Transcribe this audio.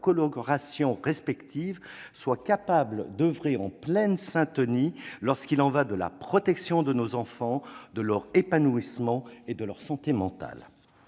politique respective, soient capables d'oeuvrer en pleine syntonie lorsqu'il y va de la protection de nos enfants, de leur épanouissement et de leur santé mentale.